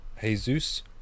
jesus